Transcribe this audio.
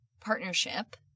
partnership